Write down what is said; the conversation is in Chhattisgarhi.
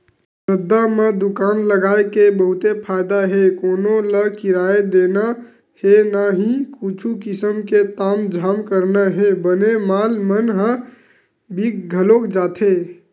रद्दा म दुकान लगाय के बहुते फायदा हे कोनो ल किराया देना हे न ही कुछु किसम के तामझाम करना हे बने माल मन ह बिक घलोक जाथे